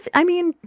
i mean,